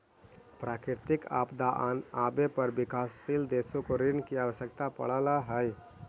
प्राकृतिक आपदा आवे पर विकासशील देशों को ऋण की आवश्यकता पड़अ हई